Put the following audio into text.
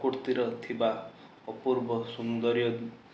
ପ୍ରକୃତିର ଥିବା ଅପୂର୍ବ ସୁନ୍ଦରୀୟ